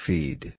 Feed